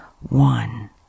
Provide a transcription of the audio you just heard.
one